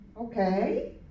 Okay